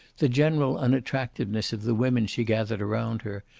the general unattractiveness of the women she gathered around her,